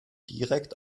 direkt